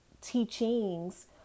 teachings